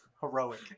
Heroic